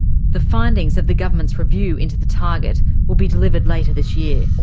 the findings of the government's review into the target will be delivered later this year.